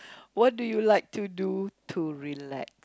what do you like to do to relax